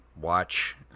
watch